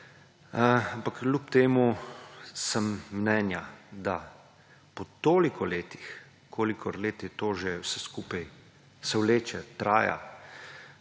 Ampak, kljub temu sem mnenja, da po toliko letih, kolikor let se to že vse skupaj vleče, trajajo